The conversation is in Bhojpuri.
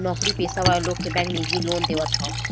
नोकरी पेशा वाला लोग के बैंक निजी लोन देवत हअ